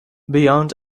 beyond